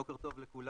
בוקר טוב לכולם.